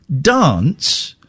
dance